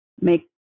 make